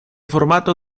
formato